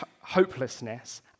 hopelessness